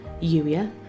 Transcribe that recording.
Yuya